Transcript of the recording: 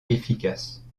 efficace